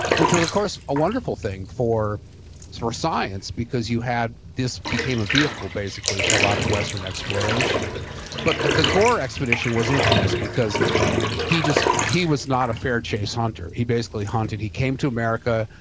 which was of course a wonderful thing for for science, because you had, this became a vehicle basically for a lot of western exploration but the the gore expedition was infamous, because he just, he was not a fair chase hunter. he basically hunted, he came to america,